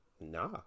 Nah